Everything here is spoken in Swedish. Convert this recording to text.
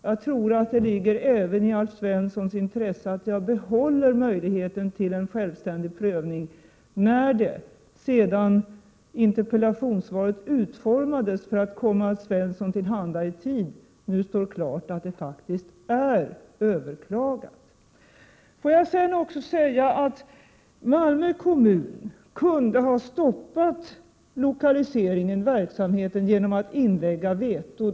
Jag tror att även Alf Svensson är intresserad av att jag behåller möjligheten till en självständig prövning, med tanke på att interpellationssvaret utformades för att komma Alf Svensson till handa i tid men det nu står klart att ärendet faktiskt är överklagat. Malmö kommun kunde ha stoppat lokaliseringen av verksamheten genom att inlägga sitt veto.